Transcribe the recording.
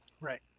Right